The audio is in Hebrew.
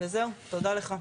תודה רבה.